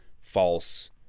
false